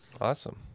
Awesome